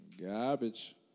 garbage